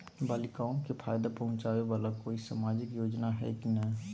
बालिकाओं के फ़ायदा पहुँचाबे वाला कोई सामाजिक योजना हइ की नय?